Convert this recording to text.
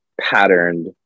patterned